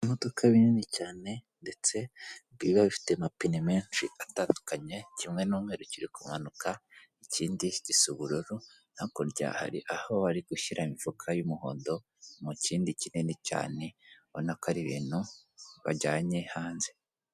Imodokamo bininini cyane ndetse biba bifite amapine menshi atandukanye, kimwe ni umweru kiri kumanuka ikindi ikindi gisa ubururu hakurya hari aho bari gushyira imifuka y'umuhondo, mu kindi kinini cyane ubona ko ari ibintu bajyanye hanze.